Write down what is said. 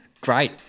Great